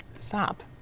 stop